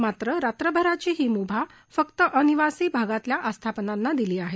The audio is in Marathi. मात्र रात्रभराची ही मुभा फक्त अनिवासी भागातल्या आस्थापनांना दिली आहे